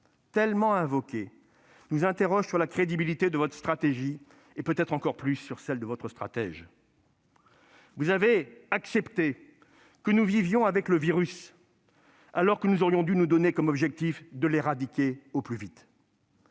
tellement invoquée, nous amène à nous interroger sur la crédibilité de votre stratégie et, peut-être plus encore, sur celle de votre stratège. Vous avez accepté que nous vivions avec le virus, alors que nous aurions dû nous donner comme objectif de l'éradiquer au plus vite.